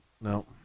No